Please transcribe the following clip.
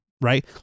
right